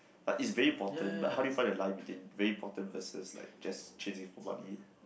like it's important but how do you find that life within very important versus like just chasing for money